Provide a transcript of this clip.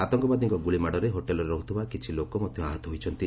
ଆତଙ୍କବାଦୀଙ୍କ ଗୁଳିମାଡ଼ରେ ହୋଟେଲରେ ରହୁଥିବା କିଛିଲୋକ ମଧ୍ୟ ଆହତ ହୋଇଛନ୍ତି